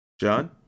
John